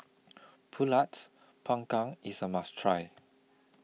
Pulut Panggang IS A must Try